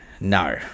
No